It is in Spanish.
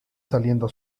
saliendo